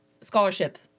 scholarship